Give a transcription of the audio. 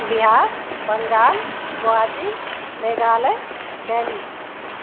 Bihar Bengal Guwahati Meghalaya Delhi